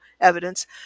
evidence